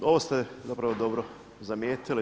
Pa ovo ste zapravo dobro zamijetili.